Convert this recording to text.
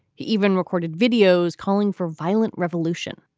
he even recorded videos calling for violent revolution.